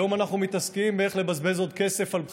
היום אנחנו מתעסקים באיך לבזבז עוד כסף על בחירות,